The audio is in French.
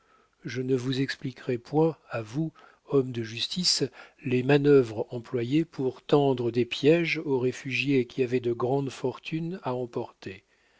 je ne vous expliquerai point à vous homme de justice les manœuvres employées pour tendre des piéges aux réfugiés qui avaient de grandes fortunes à emporter